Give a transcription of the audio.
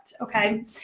Okay